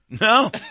No